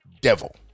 devil